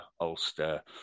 Ulster